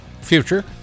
future